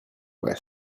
west